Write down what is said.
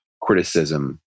criticism